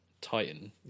Titan